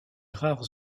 rares